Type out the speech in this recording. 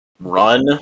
Run